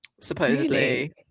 Supposedly